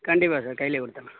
கண்டிப்பாக சார் கையிலே கொடுத்தறேன்